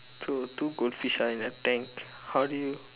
so two goldfish are in a tank how do you